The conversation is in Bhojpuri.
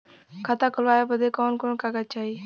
खाता खोलवावे बादे कवन कवन कागज चाही?